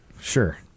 Sure